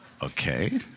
Okay